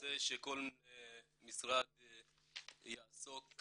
הנושא שכל משרד יעסוק,